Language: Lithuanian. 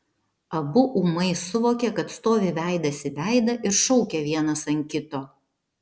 abu ūmai suvokė kad stovi veidas į veidą ir šaukia vienas ant kito